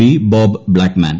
P Bob Blackman